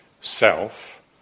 self